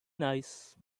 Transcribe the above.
nice